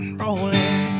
rolling